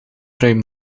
ruim